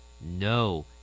No